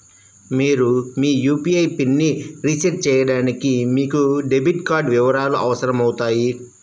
మీరు మీ యూ.పీ.ఐ పిన్ని రీసెట్ చేయడానికి మీకు డెబిట్ కార్డ్ వివరాలు అవసరమవుతాయి